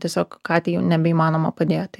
tiesiog katei jau nebeįmanoma padėti